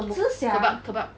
好吃 sia